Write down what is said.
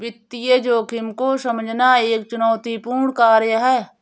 वित्तीय जोखिम को समझना एक चुनौतीपूर्ण कार्य है